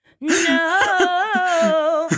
No